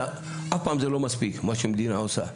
אף פעם זה לא מספיק מה שהמדינה עושה,